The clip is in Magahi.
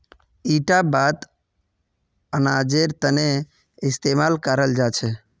इटा बात अनाजेर तने इस्तेमाल कराल जा छे